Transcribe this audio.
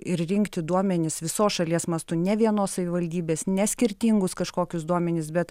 ir rinkti duomenis visos šalies mastu ne vienos savivaldybės ne skirtingus kažkokius duomenis bet